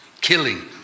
killing